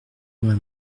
vingt